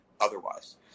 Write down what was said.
otherwise